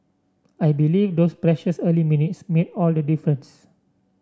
I believe those precious early minutes made all the difference